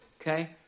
Okay